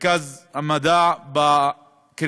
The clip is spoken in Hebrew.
מרכז המדע בקריית-שמונה,